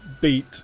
beat